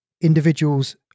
individuals